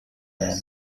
men